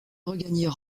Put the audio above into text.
regagner